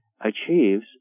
achieves